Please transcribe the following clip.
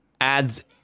ads